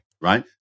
right